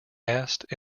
asked